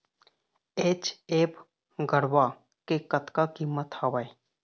HF गरवा के कतका कीमत हवए?